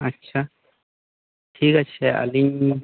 ᱟᱪᱪᱷᱟ ᱴᱷᱤᱠ ᱟᱪᱷᱮ ᱟᱹᱞᱤᱧ